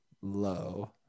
low